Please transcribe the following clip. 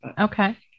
Okay